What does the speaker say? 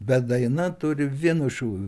bet daina turi vienu šūviu